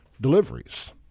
deliveries